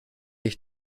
ich